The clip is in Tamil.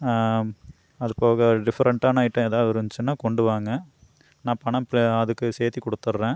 அது போக டிஃப்ரெண்ட்டான ஐட்டம் எதாவது இருந்துச்சுனால் கொண்டு வாங்க நான் பணம் ப அதுக்கு சேர்த்தி கொடுத்துட்றேன்